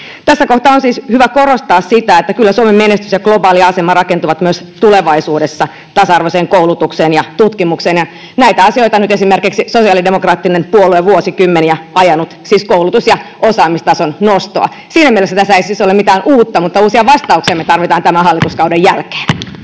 Tässä kohtaa on siis hyvä korostaa sitä, että kyllä Suomen menestys ja globaali asema rakentuvat myös tulevaisuudessa tasa-arvoiseen koulutukseen ja tutkimukseen. Näitä asioita nyt esimerkiksi sosiaalidemokraattinen puolue on vuosikymmeniä ajanut, siis koulutus- ja osaamistason nostoa. Siinä mielessä tässä ei siis ole mitään uutta, mutta uusia vastauksia me tarvitsemme tämän hallituskauden jälkeen.